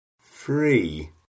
free